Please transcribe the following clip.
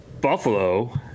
Buffalo